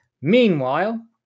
Meanwhile